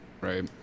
right